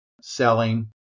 selling